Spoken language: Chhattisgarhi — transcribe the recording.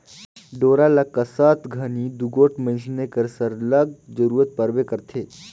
डोरा ल कसत घनी दूगोट मइनसे कर सरलग जरूरत परबे करथे